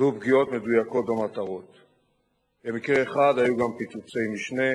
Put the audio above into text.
ויחד אתו פעיל נוסף, פעיל "חמאס",